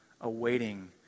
awaiting